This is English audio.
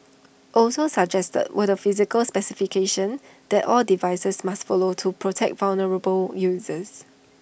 also suggested were the physical specifications that all devices must follow to protect vulnerable users